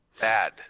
bad